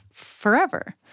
Forever